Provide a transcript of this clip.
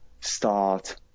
start